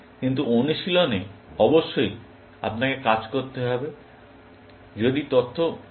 কিন্তু অনুশীলনে অবশ্যই আপনাকে কাজ করতে হবে যদি তথ্য মূলত সম্পূর্ণ না হয়